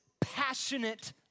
passionate